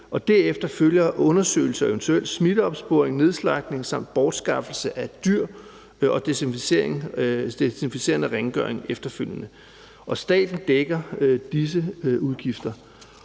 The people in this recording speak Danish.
derefter følger undersøgelse, eventuel smitteopsporing, nedslagtning samt bortskaffelse af dyr og den desinficerende rengøring efterfølgende. Staten dækker disse udgifter.